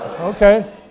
Okay